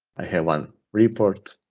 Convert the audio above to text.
i have one report.